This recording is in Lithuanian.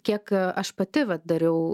kiek aš pati vat dariau